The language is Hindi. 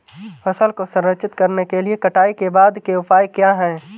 फसल को संरक्षित करने के लिए कटाई के बाद के उपाय क्या हैं?